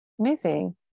Amazing